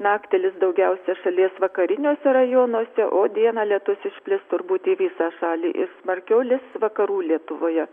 naktį lis daugiausia šalies vakariniuose rajonuose o dieną lietus išplis turbūt į visą šalį ir smarkiau lis vakarų lietuvoje